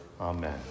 Amen